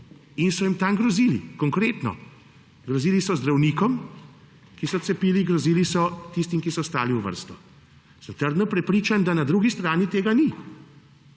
in so jim tam grozili, konkretno. Grozili so zdravnikom, ki so cepili, grozili so tistim, ki so stali v vrsti. Sem trdno prepričan, da na drugi strani tega ni;